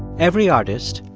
every artist,